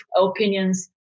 opinions